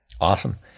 Awesome